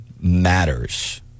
matters